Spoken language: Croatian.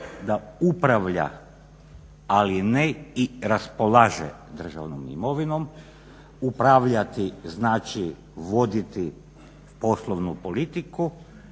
da upravlja ali ne i raspolaže državnom imovinom. Upravljati znači voditi poslovnu politiku,